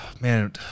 man